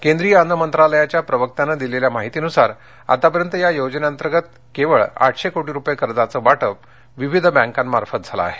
केंद्रीय अन्न मंत्रालयाच्या प्रवक्त्याने दिलेल्या माहितीनुसार आत्तापर्यंत या योजनेअंतर्गत केवळ आठशे कोटी रुपये कर्जाचं वाटप विविध बँकांमार्फत झालं आहे